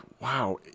Wow